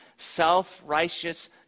self-righteous